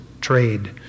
trade